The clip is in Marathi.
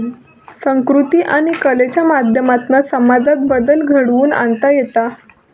संकृती आणि कलेच्या माध्यमातना समाजात बदल घडवुन आणता येता